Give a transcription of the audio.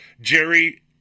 Jerry